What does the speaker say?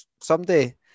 Someday